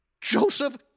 Joseph